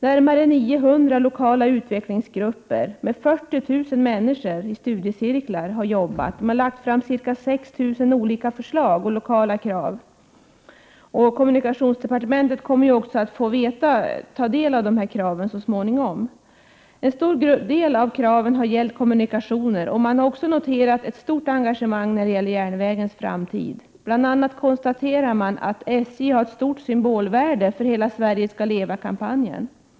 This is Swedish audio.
Närmare 900 lokala utvecklingsgrupper med 40 000 människor i studiecirklar har arbetat med detta. Man har lagt fram ca 6 000 olika förslag och lokala krav. Kommunikationsdepartementet kommer ju också att få ta del av dessa krav så småningom. En stor del av kraven har gällt kommunikationer, och man har också noterat ett stort engagemang när det gäller järnvägens framtid. Man konstaterar bl.a. att SJ har ett stort symbolvärde för kampanjen ”Hela Sverige ska leva”.